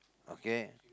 okay